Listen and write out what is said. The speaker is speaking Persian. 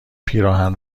پیراهن